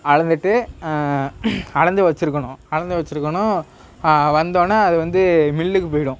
அளந்துவிட்டு அளந்து வச்சுருக்கணும் அளந்து வச்சுருக்கணும் வந்தோவுன்ன அது வந்து மில்லுக்கு போய்விடும்